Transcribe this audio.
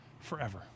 forever